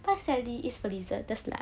cause sadly it's the slut